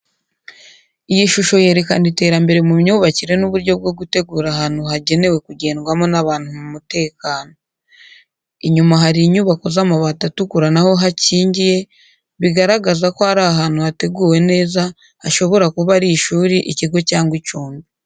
Iyi shusho yerekana iterambere mu myubakire n’uburyo bwo gutegura ahantu hagenewe kugendwamo n’abantu mu mutekano. Inyuma hari inyubako z’amabati atukura na ho hakingiye, bigaragaza ko ari ahantu hateguwe neza, hashobora kuba ari ishuri, ikigo cyangwa icumbi.